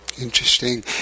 Interesting